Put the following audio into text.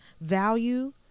value